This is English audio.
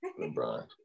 LeBron